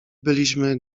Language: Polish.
byliśmy